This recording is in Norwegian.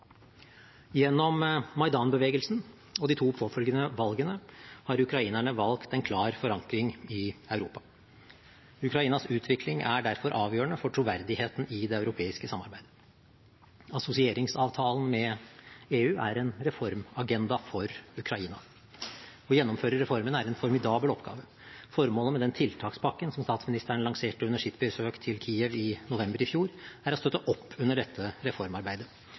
Gjennom Majdan-bevegelsen og de to påfølgende valgene har ukrainerne valgt en klar forankring i Europa. Ukrainas utvikling er derfor avgjørende for troverdigheten i det europeiske samarbeidet. Assosieringsavtalen med EU er en reformagenda for Ukraina. Å gjennomføre reformene er en formidabel oppgave. Formålet med tiltakspakken som statsministeren lanserte under sitt besøk til Kiev i november i fjor, er å støtte opp under dette reformarbeidet.